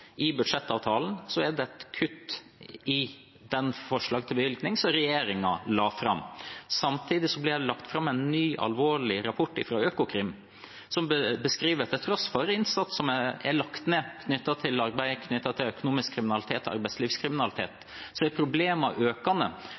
I budsjettavtalen er det et kutt i det forslaget til bevilgning som regjeringen la fram. Samtidig ble det lagt fram en ny, alvorlig rapport fra Økokrim, som beskriver at til tross for innsats som er lagt ned i arbeidet knyttet til økonomisk kriminalitet og arbeidslivskriminalitet, er problemene økende